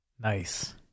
Nice